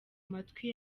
matwi